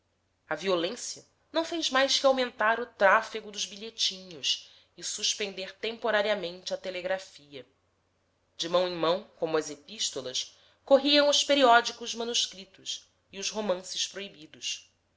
a violência não fez mais que aumentar o tráfego dos bilhetinhos e suspender temporariamente a telegrafia de mão em mão como as epístolas corriam os periódicos manuscritos e os romances proibidos